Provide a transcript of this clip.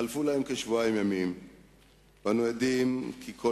חלפו להם כשבועיים ימים ואנו עדים לכך